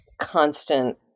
constant